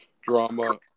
drama